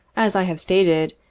as i have stated,